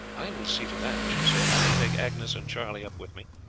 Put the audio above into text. i will see to that, she said. i will take agnes and charlie up with me,